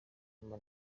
mba